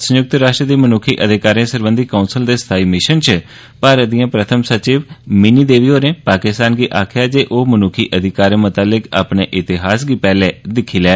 संय्क्त राष्ट्र दी मन्क्खी अधिकारें सरबंधी काउंसल दे स्थाई मिशन च भारत दिआं प्रथम सचिव क्माम मिनी देवी होरें पाकिस्तान गी आखेआ ऐ जे ओह मन्क्खी अधिकारें मतल्लक अपने इतिहास गी पैहले दिक्खी लै